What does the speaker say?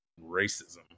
racism